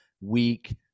weak